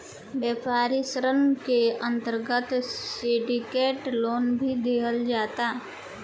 व्यापारिक ऋण के अंतर्गत सिंडिकेट लोन भी दीहल जाता